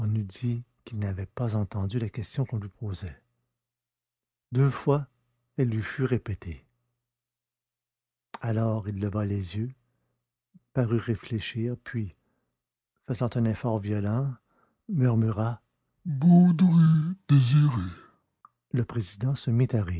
eût dit qu'il n'avait pas entendu la question qu'on lui posait deux fois elle lui fut répétée alors il leva les yeux parut réfléchir puis faisant un effort violent murmura baudru désiré le président se mit